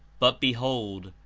but, behold,